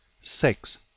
six